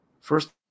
first